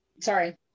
sorry